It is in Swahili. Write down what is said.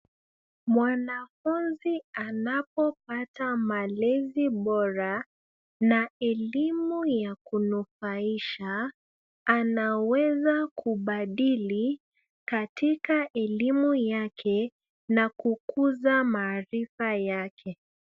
Mwanafunzi anapopata malezi bora na elimu ya kunufaisha anaweza kubadili katika elimu yake na kukuza maarifa yake.